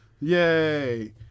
yay